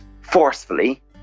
forcefully